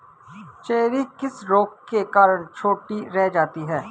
Cherry किस रोग के कारण छोटी रह जाती है?